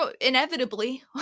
Inevitably